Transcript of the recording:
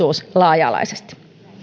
laaja alaisesti